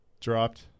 Dropped